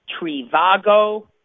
Trivago